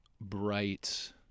bright